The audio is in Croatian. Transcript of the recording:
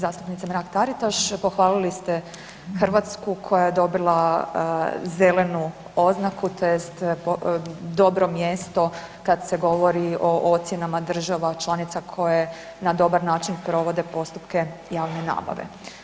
Zastupnice Mrak-Taritaš, pohvalili ste Hrvatsku koja je dobila zelenu oznaku tj. dobro mjesto kad se govori o ocjenama država članica koje na dobar način provode postupke javne nabave.